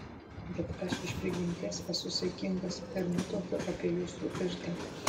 bet aš iš prigimties esu saikingas ir nutuokiu apie jūsų iždą